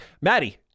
Maddie